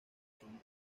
son